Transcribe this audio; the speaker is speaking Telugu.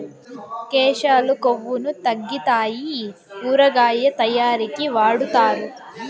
కేశాలు కొవ్వును తగ్గితాయి ఊరగాయ తయారీకి వాడుతారు